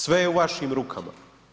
Sve je u vašim rukama.